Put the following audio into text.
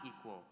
equal